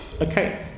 Okay